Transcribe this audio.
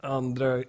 andra